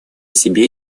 себе